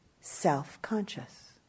self-conscious